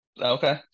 okay